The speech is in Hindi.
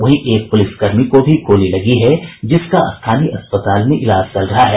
वहीं एक पुलिसकर्मी को भी गोली लगी है जिसका स्थानीय अस्पताल में इलाज चल रहा है